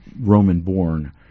Roman-born